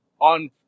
on